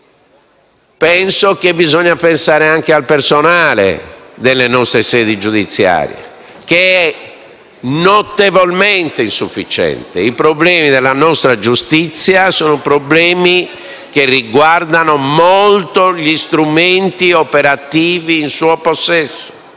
si debba pensare anche al personale delle nostre sedi giudiziarie, che è notevolmente insufficiente. I problemi della nostra giustizia riguardano molto gli strumenti operativi in suo possesso: